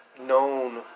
known